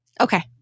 Okay